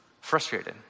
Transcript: frustrated